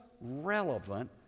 relevant